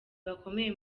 bakomeye